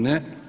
Ne.